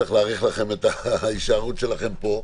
נצטרך להאריך את ההישארות שלכם פה,